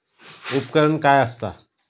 उपकरण काय असता?